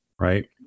right